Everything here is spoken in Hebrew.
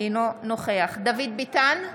אינו נוכח דוד ביטן,